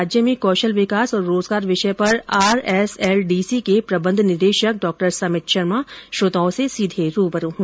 इस कार्यक्रम में राज्य में कौशल विकास और रोजगार विषय पर आरएसएलडीसी के प्रबंध निदेशक डॉ समित शर्मा श्रोताओं से सीघे रूबरू होंगे